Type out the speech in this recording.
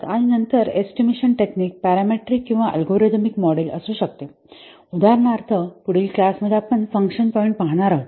आणि नंतर estimation technique parametric किंवा अल्गोरिदम मॉडेल असू शकते उदाहरणार्थ पुढील क्लास मध्ये आपण फंक्शन पॉईंट पाहणार आहोत